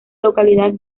localidad